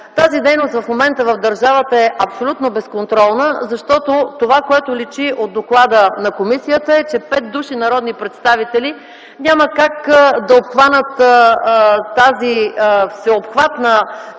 Тази дейност в момента в държавата е абсолютно безконтролна, защото това което личи от доклада на комисията е, че пет души народни представители няма как да обхванат тази всеобхватна